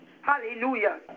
Hallelujah